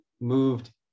moved